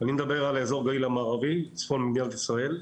אני מדבר על אזור גליל המערבי, צפון מדינת ישראל.